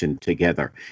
together